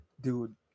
dude